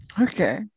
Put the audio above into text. Okay